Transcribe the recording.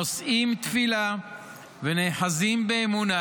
נושאים תפילה ונאחזים באמונה